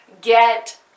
get